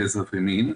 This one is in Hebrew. גזע ומין.